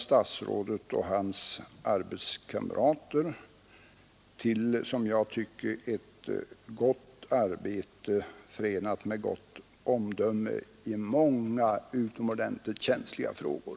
Jag vill också ge mitt erkännande till statsrådet Lidbom och hans arbetskamrater för gott handlag i vissa svåra och utomordentligt känsliga frågor.